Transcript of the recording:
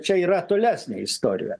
čia yra tolesnė istorija